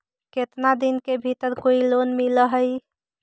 केतना दिन के भीतर कोइ लोन मिल हइ?